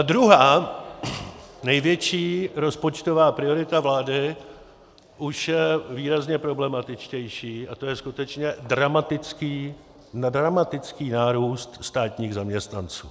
Druhá největší rozpočtová priorita vlády už je výrazně problematičtější a to je skutečně dramatický nárůst státních zaměstnanců.